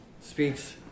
speaks